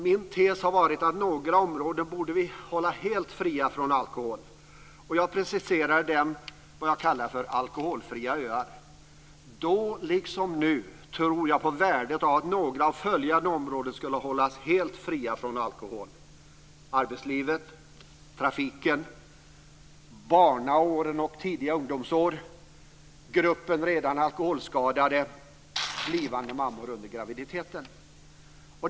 Min tes har varit att vi borde hålla några områden helt fria från alkohol. Jag har preciserat det i vad jag kallar för "alkoholfria öar". Då liksom nu tror jag på värdet av att några av följande områden skall hållas helt fria från alkohol: arbetslivet, trafiken, barnaåren och tidiga ungdomsår, gruppen redan alkoholskadade samt blivande mammor under graviditeten. Fru talman!